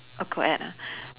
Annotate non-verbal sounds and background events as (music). a co ed ah (breath)